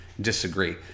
disagree